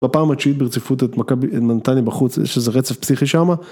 בפעם התשיעית ברציפות את מכבי נתניה בחוץ, יש איזה רצף פסיכי שם.